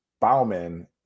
bauman